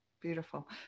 Beautiful